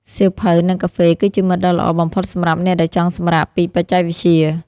សៀវភៅ និងកាហ្វេ គឺជាមិត្តដ៏ល្អបំផុតសម្រាប់អ្នកដែលចង់សម្រាកពីបច្ចេកវិទ្យា។